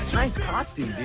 nice costume,